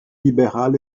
libérale